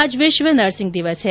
आज विश्व नर्सिंग दिवस है